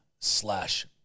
slash